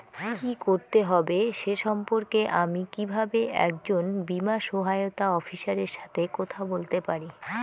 কী করতে হবে সে সম্পর্কে আমি কীভাবে একজন বীমা সহায়তা অফিসারের সাথে কথা বলতে পারি?